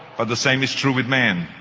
but the same is true with men.